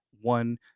one